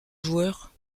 joueur